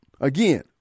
Again